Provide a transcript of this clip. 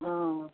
हँ